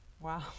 Wow